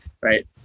Right